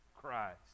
Christ